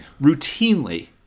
routinely